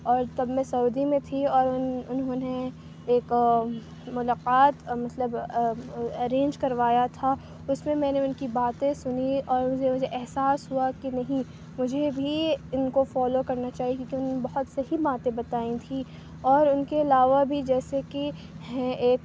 اور تب میں سعودی میں تھی اور ان انھوں نے ایک ملاقات مطلب ارینج کروایا تھا اس میں میں نے ان کی باتیں سنی اور مجھے مجھے احساس ہوا کہ نہیں مجھے بھی ان کو فالو کرنا چاہیے کیونکہ انہوں نے بہت صحیح باتیں بتائی تھی اور ان کے علاوہ بھی جیسے کہ ہیں ایک